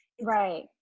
Right